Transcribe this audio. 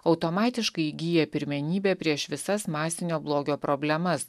automatiškai įgyja pirmenybę prieš visas masinio blogio problemas